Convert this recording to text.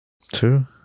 Two